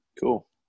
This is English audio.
Cool